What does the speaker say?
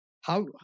how-